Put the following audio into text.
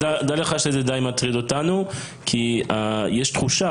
דע לך שזה די מטריד אותנו כי יש תחושה